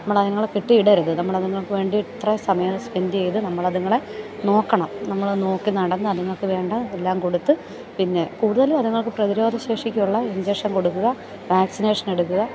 നമ്മൾ അതുങ്ങളെ കെട്ടി ഇടരുത് നമ്മൾ അതുങ്ങൾക്ക് വേണ്ടി എത്ര സമയം സ്പെൻഡ് ചെയ്തു നമ്മൾ അതുങ്ങളെ നോക്കണം നമ്മൾ നോക്കി നടന്നു അതുങ്ങൾക്ക് വേണ്ട എല്ലാം കൊടുത്ത് പിന്നെ കൂടുതലും അതുങ്ങൾക്ക് പ്രതിരോധ ശേഷിക്കുള്ള ഇഞ്ചക്ഷൻ കൊടുക്കുക വാക്സിനേഷൻ എടുക്കുക